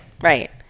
Right